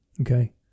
Okay